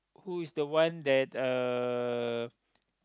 who is the one that uh